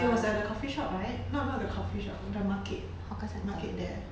it was at the coffee shop right not not the coffee shop the market market there